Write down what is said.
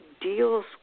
deals